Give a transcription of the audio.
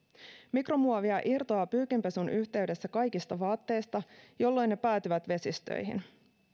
mikromuovia irtoaa pyykinpesun yhteydessä kaikista tekokuituisista vaatteista jolloin ne päätyvät vesistöihin